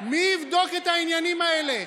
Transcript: מי יבדוק את העניינים האלה?